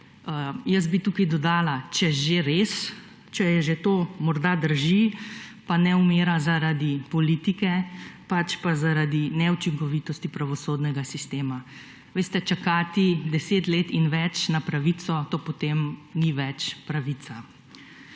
Jaz bi tukaj dodala, če že res, če že to morda drži, pa ne umira zaradi politike, pač pa zaradi neučinkovitosti pravosodnega sistema. Veste, čakati deset let in več na pravico, to pomen ni več pravica.